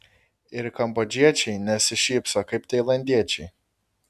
ir kambodžiečiai nesišypso kaip tailandiečiai